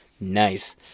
Nice